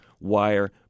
Wire